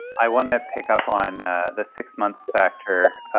i want to pick up on the six-month factor,